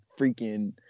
freaking